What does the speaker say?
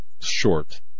short